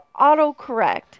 autocorrect